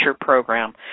program